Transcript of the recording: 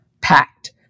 packed